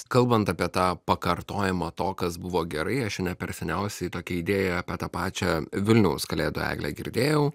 kalbant apie tą pakartojimą to kas buvo gerai aš ne per seniausiai tokią idėją apie tą pačią vilniaus kalėdų eglę girdėjau